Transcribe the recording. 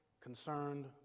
concerned